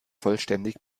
vollständig